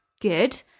Good